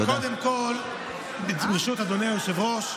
קודם כול, ברשות אדוני היושב-ראש,